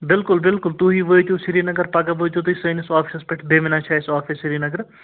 بِلکُل بِلکُل تُہۍ وٲتِو سرینگر پگاہ وٲتِو تُہۍ سٲنِس آفِسَس پٮ۪ٹھ بیٚمِنَہ چھِ اَسہِ آفِس سرینگرٕ